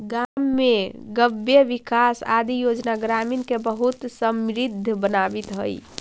गाँव में गव्यविकास आदि योजना ग्रामीण के बहुत समृद्ध बनावित हइ